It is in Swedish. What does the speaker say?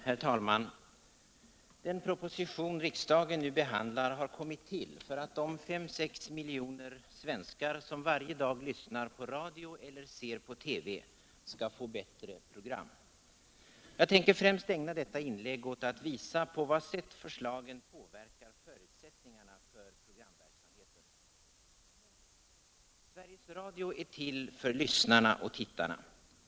Herr talman! Den proposition riksdagen nu behandlar har kommit till för att de 5-6 miljoner svenskar som varje dag lyssnar på radio eller ser på TV skall få bättre program. Jag tänker främst ägna detta inlägg åt att visa på vad sätt förslagen påverkar förutsättningarna för programverksamheten. Sveriges Radio är till för lyssnarna och tittarna.